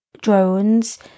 Drones